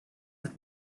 het